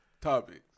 topics